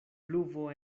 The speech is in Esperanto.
pluvo